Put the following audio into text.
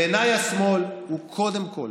בעיניי, השמאל הוא קודם כול